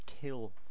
kill